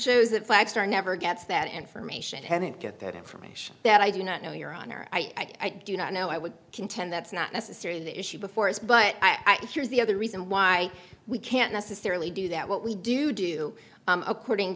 shows that flags are never gets that information hadn't get that information that i do not know your honor i do not know i would contend that's not necessarily the issue before us but i think yours the other reason why we can't necessarily do that what we do do according